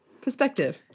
Perspective